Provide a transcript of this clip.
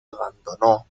abandonó